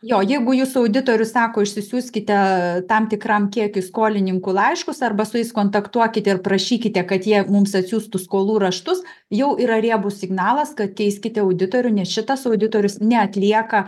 jo jeigu jūsų auditorius sako išsiųskite tam tikram kiekiui skolininkų laiškus arba su jais kontaktuokite ir prašykite kad jie mums atsiųstų skolų raštus jau yra riebus signalas kad keiskite auditorių nes šitas auditorius neatlieka